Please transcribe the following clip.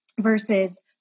versus